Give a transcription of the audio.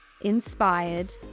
inspired